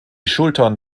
schultern